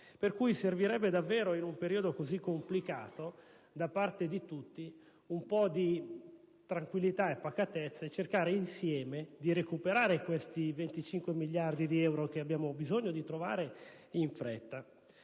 da parte di tutti, in un periodo così complicato, un po' di tranquillità e pacatezza e cercare insieme di recuperare questi 25 miliardi di euro che abbiamo bisogno di trovare in fretta.